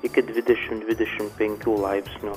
iki dvidešimt dvidešimt penkių laipsnių